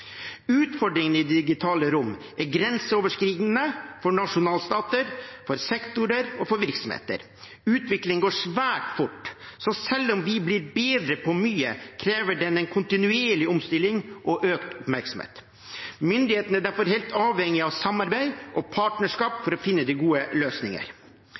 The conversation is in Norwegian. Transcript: Utfordringen i det digitale rom er grenseoverskridende for nasjonalstater, for sektorer og for virksomheter. Utviklingen går svært fort, så selv om vi blir bedre på mye, krever det en kontinuerlig omstilling og økt oppmerksomhet. Myndighetene er derfor helt avhengig av samarbeid og partnerskap